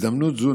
בהזדמנות זו,